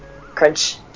crunch